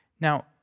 Now